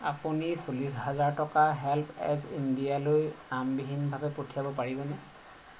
আপুনি চল্লিছ হাজাৰ টকা হেল্প এজ ইণ্ডিয়ালৈ নামবিহীনভাৱে পঠিয়াব পাৰিবনে